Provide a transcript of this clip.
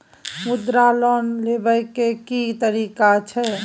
मुद्रा लोन लेबै के की तरीका छै?